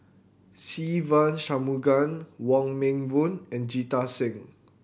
Se Ve Shanmugam Wong Meng Voon and Jita Singh